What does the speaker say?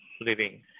living